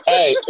Hey